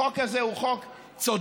החוק הזה הוא חוק צודק,